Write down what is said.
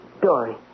Dory